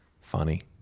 funny